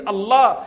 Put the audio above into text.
Allah